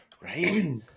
Right